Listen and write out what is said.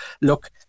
look